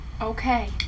Okay